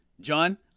John